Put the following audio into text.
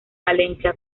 valencia